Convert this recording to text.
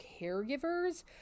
caregivers